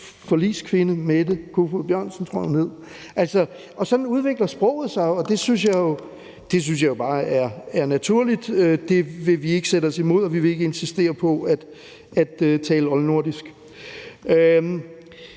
forligskvinde Mette Koefoed Bjørnsen, som jeg tror hun hed. Sådan udvikler sproget sig jo, og det synes jeg bare er naturligt. Det vil vi ikke sætte os imod, og vi vil ikke insistere på at tale oldnordisk.